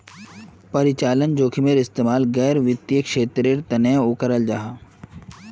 परिचालन जोखिमेर इस्तेमाल गैर वित्तिय क्षेत्रेर तनेओ कराल जाहा